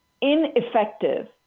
ineffective